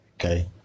okay